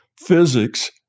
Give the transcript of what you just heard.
physics